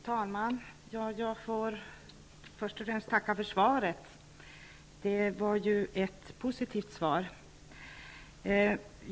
Fru talman! Jag får först och främst tacka för svaret, som ju var positivt.